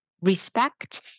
respect